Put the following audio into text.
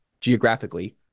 geographically